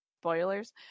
spoilers